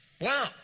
Wow